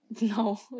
No